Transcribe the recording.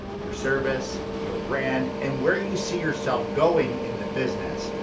your service, your brand, and where do you see yourself going in the business.